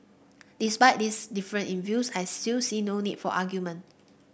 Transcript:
despite this difference in views I still see no need for argument